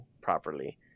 properly